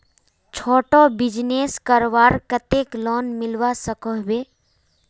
छोटो बिजनेस करवार केते लोन मिलवा सकोहो होबे?